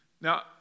Now